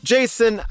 Jason